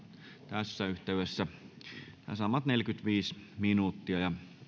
tässä yhteydessä neljäkymmentäviisi minuuttia